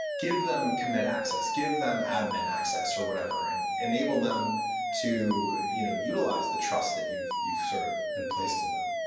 give them commit access. give them admin access, or whatever, and enable them to you know utilize the trust that you've you've sort of emplaced in them.